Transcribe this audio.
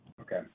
Okay